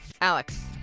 Alex